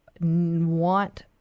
want